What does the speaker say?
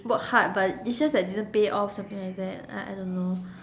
work hard but it's just that didn't pay off something like that I I don't know